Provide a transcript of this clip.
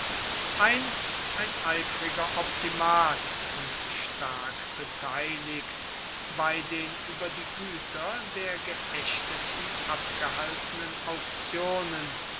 einst ein eifriger optimat und stark beteiligt bei den über die güter der geächteten abgehaltenen auktionen